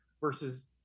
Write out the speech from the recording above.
versus